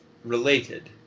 related